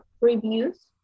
reviews